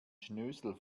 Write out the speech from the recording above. schnösel